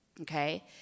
Okay